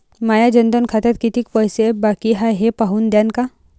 माया जनधन खात्यात कितीक पैसे बाकी हाय हे पाहून द्यान का?